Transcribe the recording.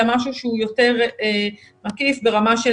אלא משהו שהוא יותר מקיף ברמה של